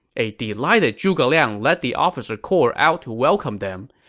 a delighted zhuge liang led the officer corps out to welcome them.